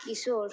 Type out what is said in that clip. কিশোর